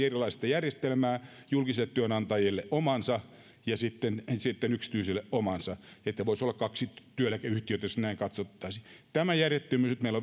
erilaista järjestelmää julkisille työnantajille omansa ja sitten yksityiselle omansa että voisi olla kaksi työeläkeyhtiötä jos näin katsottaisiin tämä järjettömyys että meillä